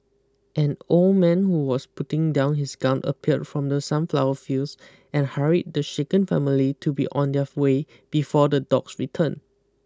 an old man who was putting down his gun appeared from the sunflower fields and hurried the shaken family to be on their way before the dogs return